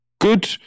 good